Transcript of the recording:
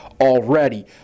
already